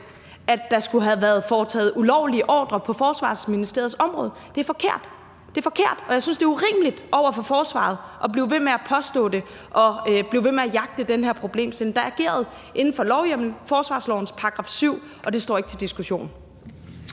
at der skulle have været foretaget ulovlige ordrer på Forsvarsministeriets område, er forkert. Det er forkert, og jeg synes, det er urimeligt over for forsvaret at blive ved med at påstå det og blive ved med at jagte den her problemstilling. Der er ageret inden for forsvarslovens § 7, og det står ikke til diskussion.